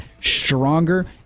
stronger